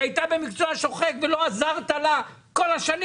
הייתה במקצוע שוחק ולא עזרת לה כל השנים.